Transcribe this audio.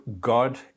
God